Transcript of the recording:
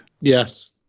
Yes